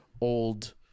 old